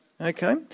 Okay